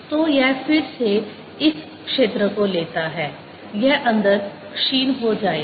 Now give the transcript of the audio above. तो यह फिर से इस क्षेत्र को लेता है यह अंदर क्षीण हो जाएगा